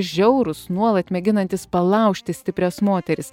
žiaurūs nuolat mėginantys palaužti stiprias moteris